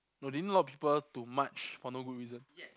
no they need a lot of people to march for no good reason